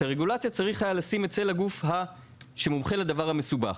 את הרגולציה צריך היה לשים אצל הגוף שמומחה לדבר המסובך.